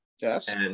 yes